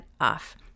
off